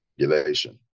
regulation